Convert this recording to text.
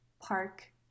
park